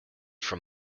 from